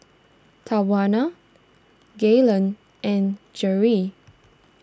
Tawana Galen and Geri